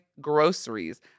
groceries